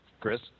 Chris